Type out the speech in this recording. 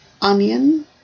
onion